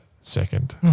second